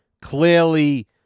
clearly